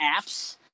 apps